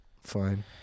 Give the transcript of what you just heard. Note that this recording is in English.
fine